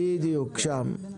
בדיוק, שם.